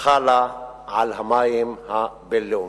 חלה על המים הבין-לאומיים.